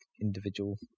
individual